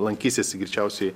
lankysis greičiausiai